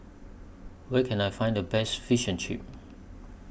Where Can I Find The Best Fish and Chips